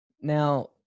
Now